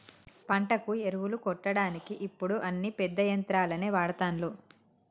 పంటకు ఎరువులు కొట్టడానికి ఇప్పుడు అన్ని పెద్ద యంత్రాలనే వాడ్తాన్లు